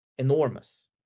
enormous